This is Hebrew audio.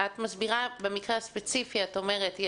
במקרה הספציפי את אומרת,